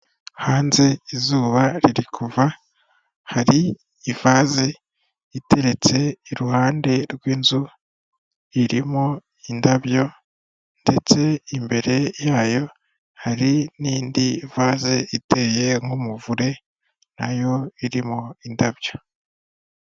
Hanze izuba riri kuva, hari ivase iteretse iruhande rw'inzu irimo indabyo, ndetse imbere yayo hari n'indi vase iteye nk'umuvure nayo irimo indabyo.